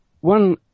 one